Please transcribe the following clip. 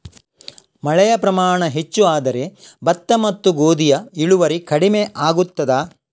ಮಳೆಯ ಪ್ರಮಾಣ ಹೆಚ್ಚು ಆದರೆ ಭತ್ತ ಮತ್ತು ಗೋಧಿಯ ಇಳುವರಿ ಕಡಿಮೆ ಆಗುತ್ತದಾ?